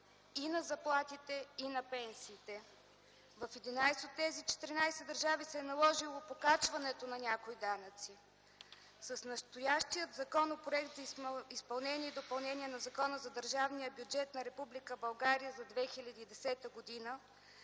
и на заплатите, и на пенсиите. В 11 от тези 14 държави се е наложило покачването на някои данъци. С настоящия Законопроект за изменение и допълнение на Закона за държавния бюджет на Република